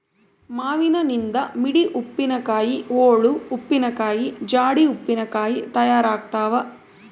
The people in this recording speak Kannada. ಮಾವಿನನಿಂದ ಮಿಡಿ ಉಪ್ಪಿನಕಾಯಿ, ಓಳು ಉಪ್ಪಿನಕಾಯಿ, ಜಾಡಿ ಉಪ್ಪಿನಕಾಯಿ ತಯಾರಾಗ್ತಾವ